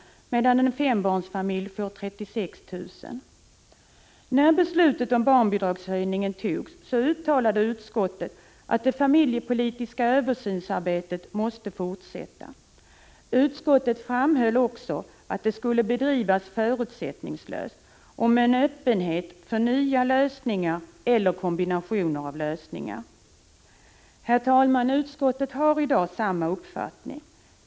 per år, medan en fembarnsfamilj får 36 000 kr. per år. När beslutet om barnbidragshöjningen fattades uttalade utskottet att det familjepolitiska översynsarbetet måste fortsättas. Utskottet framhöll också att det skulle bedrivas förutsättningslöst och med en öppenhet för nya lösningar eller kombinationer av lösningar. Herr talman! Utskottet har i dag samma uppfattning.